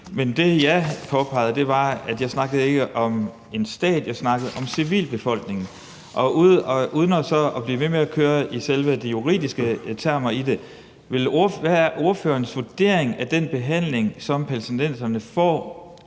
– det står lysende klart – men jeg snakkede ikke om en stat, men om civilbefolkningen. Uden at blive ved med at køre rundt i selve de juridiske termer, hvad er ordførerens vurdering så af den behandling, som palæstinenserne får